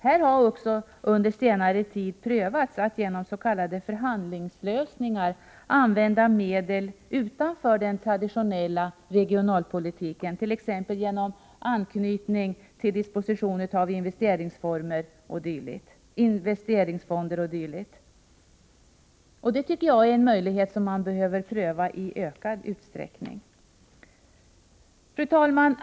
Här har man också under senare tid prövat att genom s.k. förhandlingslösningar använda medel utanför den traditionella regionalpolitiken, t.ex. genom anknytning till dispositionen av investeringsfonder o. d. Det tycker jag är en möjlighet som bör prövas i ökad utsträckning. Fru talman!